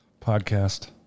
podcast